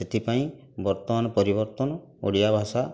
ସେଥିପାଇଁ ବର୍ତ୍ତମାନ ପରିବର୍ତ୍ତନ ଓଡ଼ିଆ ଭାଷା